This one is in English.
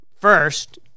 First